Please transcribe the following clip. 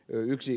jo yksi